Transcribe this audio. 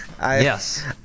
Yes